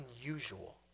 unusual